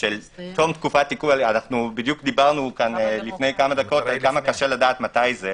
של תום תקופת דיברנו לפני כמה דקות על כמה קשה לדעת מתי זה.